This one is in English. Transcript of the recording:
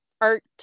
Art